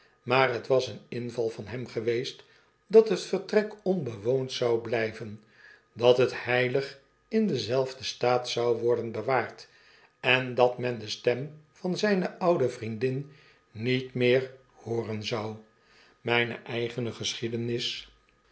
maar het was eeninvalvan hem geweest dat het vertrek onbewoond zou blijven dat het heilig in denzelfden staat zou worden bewaard en dat men de stem van zjjne oude vriendin niet meer hooren zou myne eigene geschiedenis